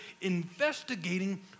investigating